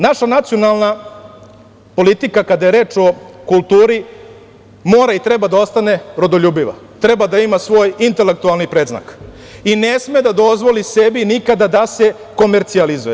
Naša nacionalna politika, kada je reč o kulturi, mora i treba da ostane rodoljubiva, treba da ima svoj intelektualni predznak i ne sme da dozvoli sebi nikada da se komercijalizuje.